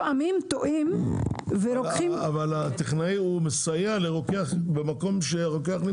אבל הטכנאי מסייע לרוקח במקום שהרוקח נמצא.